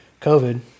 COVID